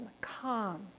calm